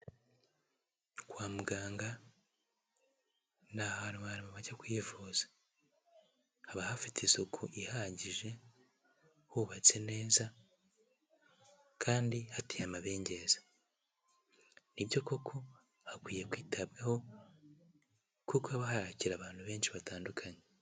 Kwa muganga ni ahantu abantu bajya kwivuza, haba hafite isuku ihagije hubatse neza kandi hateye amabengeza, ni byo koko hakwiye kwitabwaho kuko haba hakira abantu benshi batandukanye.